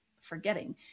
forgetting